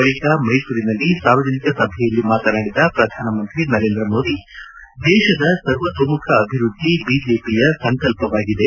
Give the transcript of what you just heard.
ಬಳಿಕ ಮೈಸೂರಿನಲ್ಲಿ ಸಾರ್ವಜನಿಕ ಸಭೆಯಲ್ಲಿ ಮಾತನಾಡಿದ ಪ್ರಧಾನಮಂತ್ರಿ ನರೇಂದ್ರ ಮೋದಿ ದೇತದ ಸರ್ವೋತೋಮುಖ ಅಭಿವೃದ್ಧಿ ಬಿಜೆಪಿಯ ಸಂಕಲ್ಪವಾಗಿದೆ